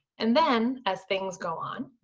and then, as things go on,